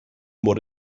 mod